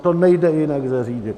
To nejde jinak zařídit.